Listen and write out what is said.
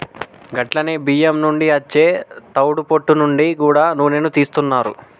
గట్లనే బియ్యం నుండి అచ్చే తవుడు పొట్టు నుంచి గూడా నూనెను తీస్తున్నారు